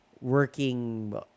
working